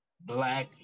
black